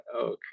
okay